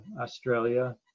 Australia